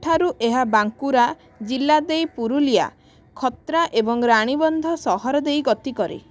ଠାରୁ ଏହା ବାଙ୍କୁରା ଜିଲ୍ଲା ଦେଇ ପୁରୁଲିଆ ଖତ୍ରା ଏବଂ ରାଣୀବନ୍ଧ ସହର ଦେଇ ଗତି କରେ